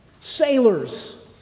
Sailors